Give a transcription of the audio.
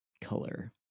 color